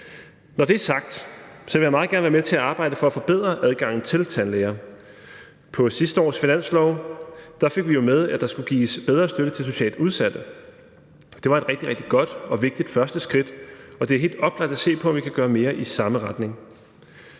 Når det er sagt, vil jeg meget gerne være med til at arbejde for at forbedre adgangen til tandlægen. På sidste års finanslov fik vi jo med, at der skulle gives bedre støtte til socialt udsatte. Det var et rigtig, rigtig godt og vigtigt første skridt, og det er helt oplagt at se på, om vi kan gøre mere i samme retning.